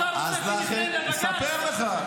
אתה רוצה שנפנה לבג"ץ?